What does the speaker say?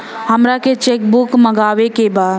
हमारा के cheque book मगावे के बा?